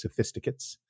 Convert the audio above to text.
sophisticates